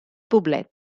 poblet